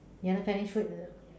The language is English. ya lah Chinese food